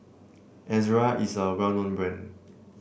Ezerra is a well known brand